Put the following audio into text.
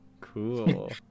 cool